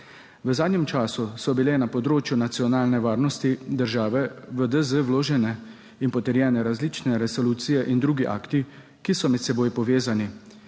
V zadnjem času so bile na področju nacionalne varnosti države v DZ vložene in potrjene različne resolucije in drugi akti, ki so med seboj povezani,